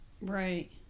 Right